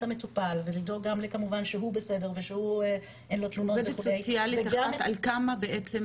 המטופל בביתו ולבדוק כמובן שגם הוא בסדר ושאין לו תלונות עו"ס על כמה בעצם